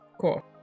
Cool